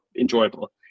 enjoyable